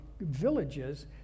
villages